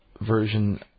version